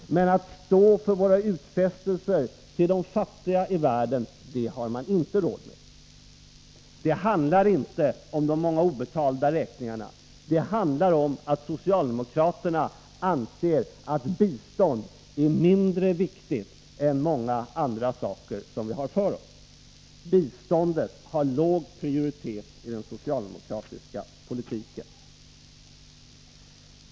Men att stå för våra utfästelser till de fattiga i världen har man inte råd med! Det handlar inte om de många obetalda räkningarna — det handlar om att socialdemokraterna anser att bistånd är mindre viktigt än många andra saker. Biståndet har låg prioritet i den socialdemokratiska politiken.